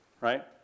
Right